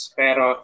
pero